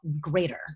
greater